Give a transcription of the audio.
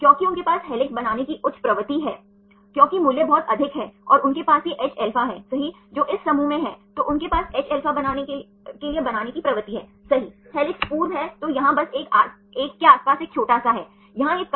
तो आपने विभिन्न प्रकार की माध्यमिक संरचनाओं के बारे में चर्चा की एक है अल्फा हेलिक्स दूसरा बीटा स्ट्रैंड और टर्न